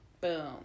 Boom